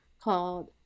called